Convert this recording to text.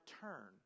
turn